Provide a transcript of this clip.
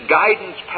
guidance